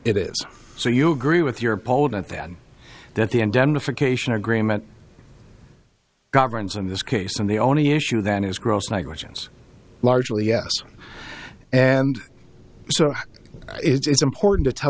it is so you agree with your opponent then that the indemnification agreement governs in this case and the only issue then is gross negligence largely yes and so it's important to tell